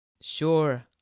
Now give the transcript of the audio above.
Sure